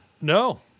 No